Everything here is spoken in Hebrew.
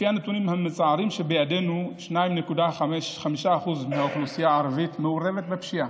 לפי הנתונים המצערים שבידינו 2.5% מהאוכלוסייה הערבית מעורבים בפשיעה.